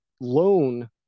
loan